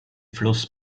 fluss